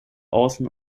außen